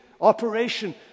operation